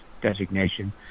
Designation